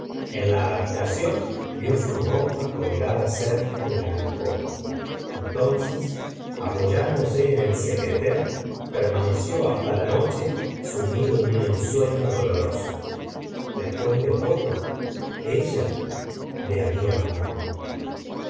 en la habitación vi su ropa colgada cerca de la alcoba entonces apoyándose en el secretaire permaneció hasta la noche sumido en un ensueño doloroso después de todo ella le había amado